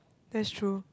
that's true